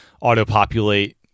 auto-populate